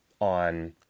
on